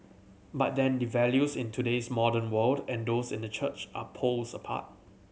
but then the values in today's modern world and those in the church are poles apart